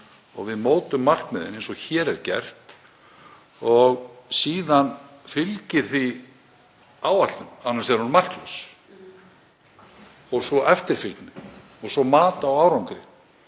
og við mótum markmiðin eins og hér er gert, síðan fylgir því áætlun, annars er hún marklaus, og svo eftirfylgni og mat á árangri.